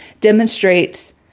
demonstrates